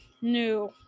new